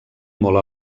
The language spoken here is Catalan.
molt